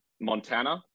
montana